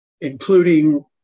including